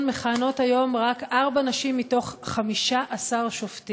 מכהנות היום רק ארבע נשים מתוך 15 שופטים.